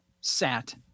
sat